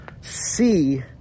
see